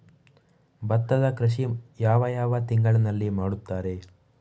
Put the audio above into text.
ಭತ್ತದ ಕೃಷಿ ಯಾವ ಯಾವ ತಿಂಗಳಿನಲ್ಲಿ ಮಾಡುತ್ತಾರೆ?